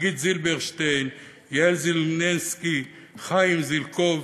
חגית זילברשטין, יעל זילנסקי, חיים זליקוב,